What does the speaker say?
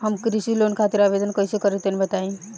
हम कृषि लोन खातिर आवेदन कइसे करि तनि बताई?